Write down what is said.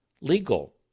legal